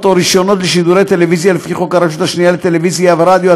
או רישיונות לשידורי טלוויזיה לפי חוק הרשות השנייה לטלוויזיה ולרדיו,